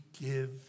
give